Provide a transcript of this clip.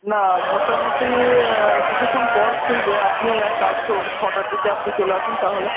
না মোটামুটি কিছুক্ষণ পর খুলবে আপনি এক কাজ করুন ছটার দিকে আপনি চলে আসুন তাহলে